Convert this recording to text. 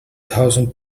thousand